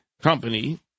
company